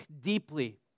deeply